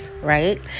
right